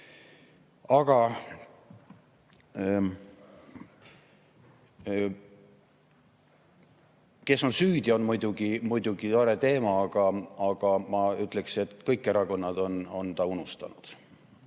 Kes on süüdi? See on muidugi tore teema, aga ma ütleksin, et kõik erakonnad on ta unustanud.